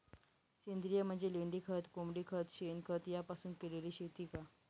सेंद्रिय म्हणजे लेंडीखत, कोंबडीखत, शेणखत यापासून केलेली शेती का?